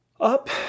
up